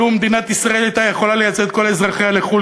לו מדינת ישראל הייתה יכולה לייצא את כל אזרחיה לחו"ל,